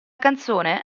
canzone